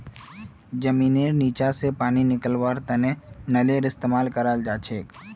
जमींनेर नीचा स पानी निकलव्वार तने नलेर इस्तेमाल कराल जाछेक